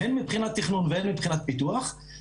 הן מבחינת תכנון והן מבחינת פיתוח,